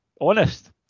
honest